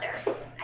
others